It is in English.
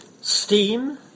steam